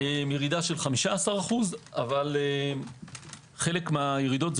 ירידה של 15%. אבל חלק מהירידות,